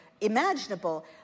imaginable